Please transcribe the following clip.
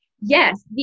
Yes